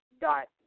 dot